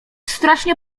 strasznie